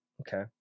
okay